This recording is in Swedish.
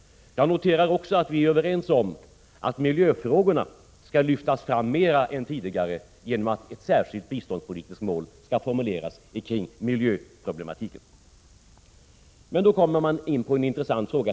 Jag noterar också att vi är överens om att miljöfrågorna skall lyftas fram mer än tidigare genom att ett särskilt biståndspolitiskt mål skall formuleras när det gäller miljöproblematiken. I samband med detta kommer man in på en intressant fråga.